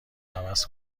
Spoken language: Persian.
عوض